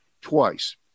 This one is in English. twice